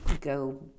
Go